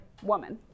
Woman